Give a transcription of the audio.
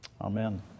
Amen